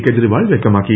കെജ്രിവാൾ വ്യക്തമാക്കി